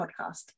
Podcast